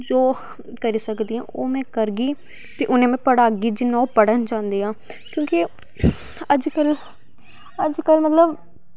जो मैं करी सकदी आं ओह् मैं करगी ते उनें ई में पढ़ागी जिन्ना ओह् पढ़ना चांह्दियां क्योंकि अजकल मतलव